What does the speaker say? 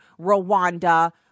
Rwanda